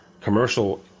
commercial